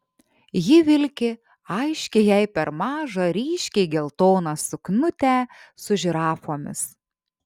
ji vilki aiškiai jai per mažą ryškiai geltoną suknutę su žirafomis